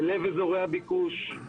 בלב אזורי הביקוש.